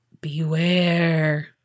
beware